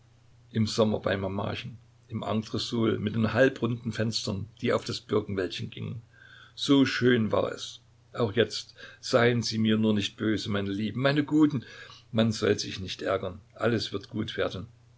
im sommer bei mamachen im entresol mit den halbrunden fenstern die auf das birkenwäldchen gingen so schön war es auch jetzt seien sie mir nur nicht böse meine lieben meine guten man soll sich nicht ärgern alles wird gut werden